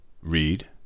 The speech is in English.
read